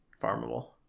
Farmable